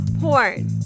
Porn